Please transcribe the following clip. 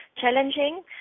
challenging